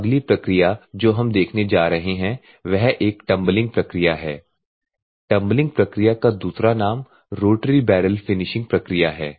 तो अगली प्रक्रिया जो हम देखने जा रहे हैं वह एक टम्बलिंग प्रक्रिया है टम्बलिंग प्रक्रिया का दूसरा नाम रोटरी बैरल फिनिशिंग प्रक्रिया है